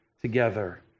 together